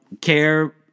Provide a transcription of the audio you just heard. care